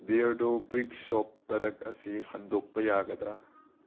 Beardo brick shop product ꯑꯁꯤ ꯍꯟꯗꯣꯛꯄ ꯌꯥꯒꯗ꯭ꯔ